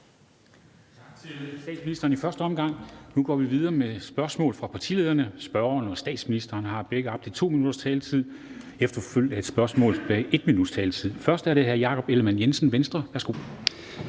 Tak til statsministeren i første omgang. Nu går vi videre med spørgsmål fra partilederne. Spørgeren og statsministeren har begge op til 2 minutters taletid efterfulgt af et spørgsmål, som der er 1 minuts taletid til. Først er det hr. Jakob Ellemann-Jensen, Venstre. Værsgo.